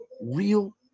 real